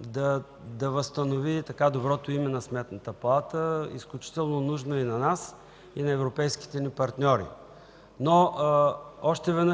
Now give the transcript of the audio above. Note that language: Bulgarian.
да възстанови доброто име на Сметната палата, изключително нужно и на нас, и на европейските ни партньори.